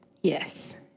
Yes